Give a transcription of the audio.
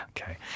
Okay